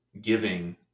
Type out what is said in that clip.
giving